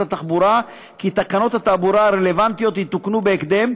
התחבורה שתקנות התעבורה הרלוונטיות יתוקנו בהתאם,